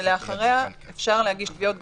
שלאחריה אפשר להגיש תביעות,